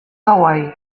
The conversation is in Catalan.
hawaii